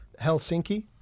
Helsinki